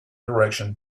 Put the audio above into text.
direction